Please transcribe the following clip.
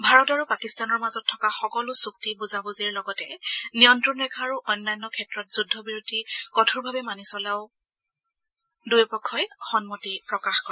ভাৰত আৰু পাকিস্তানৰ মাজত থকা সকলো চুক্তি বুজাবুজিৰ লগতে নিয়ন্ত্ৰণ ৰেখা আৰু অন্যান ক্ষেত্ৰত যুদ্ধ বিৰতি কঠোৰভাৱে মানি চলাৰ বাবেও দুয়ো পক্ষই সন্মতি প্ৰকাশ কৰে